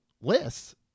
lists